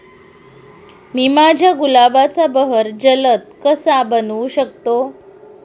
मी माझ्या गुलाबाचा बहर जलद कसा बनवू शकतो?